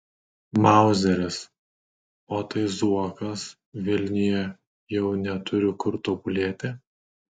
mauzeris o tai zuokas vilniuje jau neturi kur tobulėti